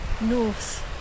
north